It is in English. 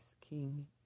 King